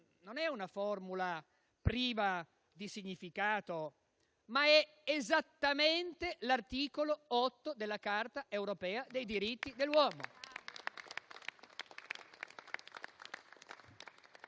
non è priva di significato, ma è esattamente l'articolo 8 della Carta europea dei diritti dell'uomo.